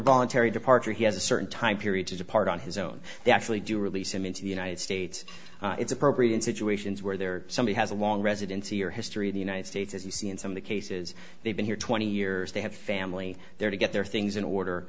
voluntary departure he has a certain time period to depart on his own they actually do release him into the united states it's appropriate in situations where they're somebody has a long residency or history in the united states as you see in some of the cases they've been here twenty years they have family there to get their things in order